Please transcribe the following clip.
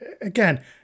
again